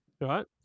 Right